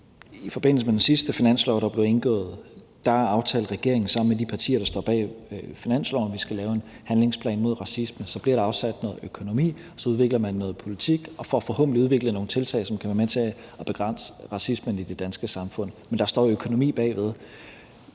I forbindelse med sidste finanslov, der blev indgået, aftalte regeringen sammen med de partier, der står bag finansloven, at vi skal lave en handlingsplan mod racisme. Så bliver der afsat noget økonomi, man udvikler noget politik og får forhåbentlig udviklet nogle tiltag, som kan være med til at begrænse racismen i det danske samfund. Men der skal jo være økonomi bagved.